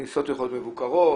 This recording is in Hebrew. הכניסות יכולות להיות מבוקרות,